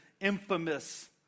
infamous